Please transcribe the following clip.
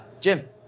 Jim